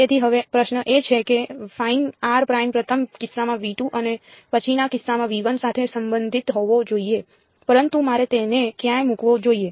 તેથી હવે પ્રશ્ન એ છે કે ફાઇન આર પ્રાઇમ પ્રથમ કિસ્સામાં V 2 અને પછીના કિસ્સામાં V 1 સાથે સંબંધિત હોવો જોઈએ પરંતુ મારે તેને ક્યાં મૂકવો જોઈએ